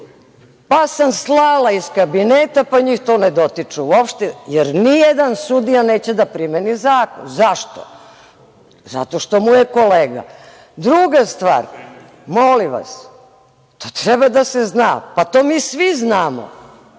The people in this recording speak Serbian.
pa sam slala iz kabineta, pa njih to ne dotiče uopšte, jer nijedan sudija neće da primeni zakon. Zašto? Zato što mu je kolega. Druga stvar. To treba da se zna, pa to mi svi znamo,